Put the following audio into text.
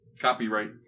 Copyright